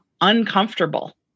uncomfortable